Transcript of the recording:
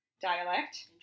dialect